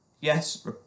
Yes